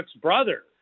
brother